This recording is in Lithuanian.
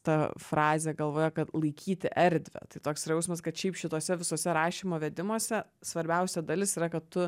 tą frazę galvoje kad laikyti erdvę tai toks yra jausmas kad šiaip šituose visose rašymo vedimuose svarbiausia dalis yra kad